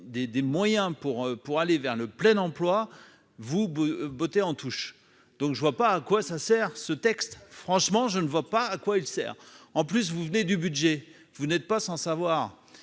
des moyens pour pour aller vers le plein emploi vous botter en touche, donc je ne vois pas à quoi ça sert, ce texte, franchement je ne vois pas à quoi il sert en plus vous venez du budget, vous n'êtes pas sans savoir